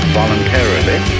voluntarily